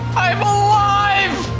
i'm alive!